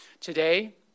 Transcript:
Today